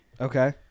Okay